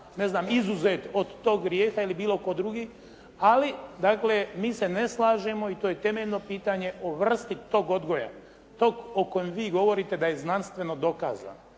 ne znam izuzet od tog grijeha ili bilo tko drugi. Ali dakle, mi se ne slažemo i to je temeljno pitanje o vrsti tog odgoja, tog o kojem vi govorite da je znanstveno dokazano.